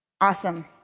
Awesome